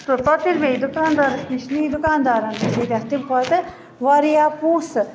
تہٕ پتہٕ پتہٕ ییٚلہِ مےٚ یہِ دُکاندارس نِش نی دُکاندارن ہٮ۪تۍ اَتھ تمہِ کھۄتہٕ وارِیاہ پونسہٕ